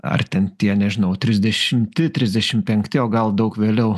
ar ten tie nežinau trisdešimti trisdešimt penkti o gal daug vėliau